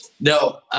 No